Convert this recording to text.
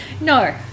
No